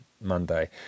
Monday